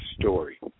story